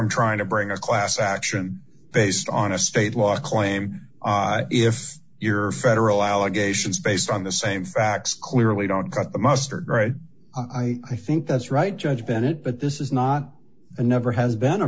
om trying to bring a class action based on a state law claim if your federal allegations based on the same facts clearly don't cut the mustard right i i think that's right judge bennett but this is not and never has been a